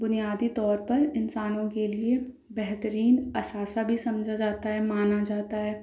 بنیادی طور پر انسانوں کے لیے بہترین اثاثہ بھی سمجھا جاتا ہے مانا جاتا ہے